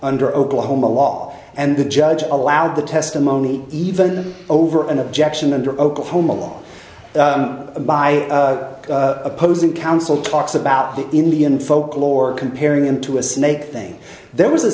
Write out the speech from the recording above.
under oklahoma law and the judge allowed the testimony even over an objection and or oklahoma law by opposing counsel talks about the indian folklore comparing him to a snake thing there was a